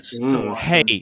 hey